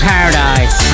Paradise